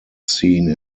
scene